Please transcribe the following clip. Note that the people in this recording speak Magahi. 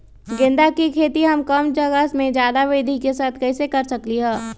गेंदा के खेती हम कम जगह में ज्यादा वृद्धि के साथ कैसे कर सकली ह?